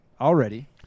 already